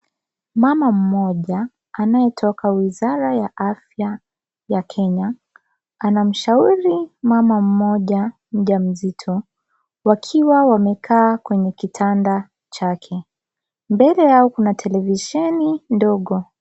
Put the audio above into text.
Mama mmoja anayetoka Wizara ya Afya ya Kenya, anamshauri mama mmoja mjamzito wakiwa wamekaa kwenye kitanda chake. Mbele yao kuna televisheni ndogo.